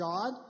God